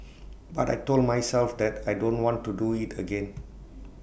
but I Told myself that I don't want to do IT again